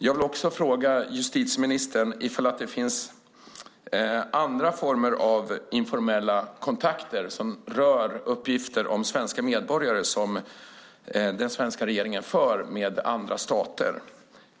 Jag vill vidare fråga justitieministern ifall det finns andra former av informella kontakter som rör uppgifter om svenska medborgare som den svenska regeringen har med andra stater.